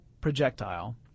projectile